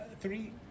three